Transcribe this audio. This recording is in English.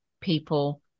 people